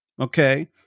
Okay